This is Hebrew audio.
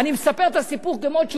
אני מספר את הסיפור כמות שהוא.